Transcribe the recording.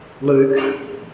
Luke